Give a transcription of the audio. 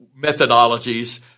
methodologies